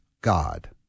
God